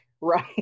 Right